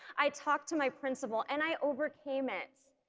i talked to my principal and i overcame it.